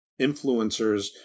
influencers